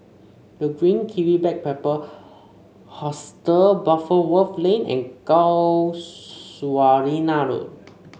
The Green Kiwi Backpacker Hostel Butterworth Lane and Casuarina Road